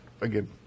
again